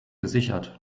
gesichert